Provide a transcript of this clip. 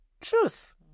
truth